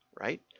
right